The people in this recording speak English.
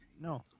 no